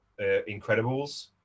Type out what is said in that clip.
Incredibles